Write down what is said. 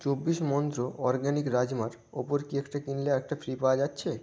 চব্বিশ মন্ত্র অরগ্যানিক রাজমার ওপর কি একটা কিনলে আর একটা ফ্রি পাওয়া যাচ্ছে